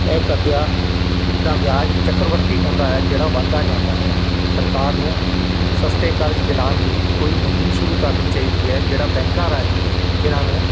ਇਹ ਕਰਜ਼ਾ ਦਾ ਵਿਆਜ ਚੱਕਰਵਰਤੀ ਹੁੰਦਾ ਹੈ ਜਿਹੜਾ ਵੱਧਦਾ ਜਾਂਦਾ ਹੈ ਸਰਕਾਰ ਨੂੰ ਸਸਤੇ ਕਰਜ਼ ਦਿਲਾਉਣ ਦੀ ਕੋਈ ਮੁਹਿੰਮ ਸ਼ੁਰੂ ਕਰਨੀ ਚਾਹੀਦੀ ਹੈ ਜਿਹੜਾ ਬੈਂਕਾਂ ਰਾਹੀਂ ਇਹਨਾਂ ਨੂੰ